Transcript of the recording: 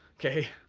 okay,